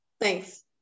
thanks